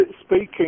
Speaking